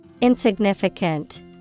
Insignificant